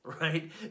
right